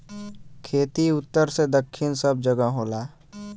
खेती उत्तर से दक्खिन सब जगह होला